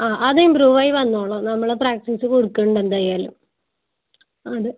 ആ അത് ഇമ്പ്രൂവ് ആയി വന്നോളും നമ്മൾ പ്രാക്ടീസ് കൊടുക്കുന്നുണ്ട് എന്തായാലും അത്